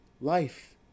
life